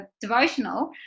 devotional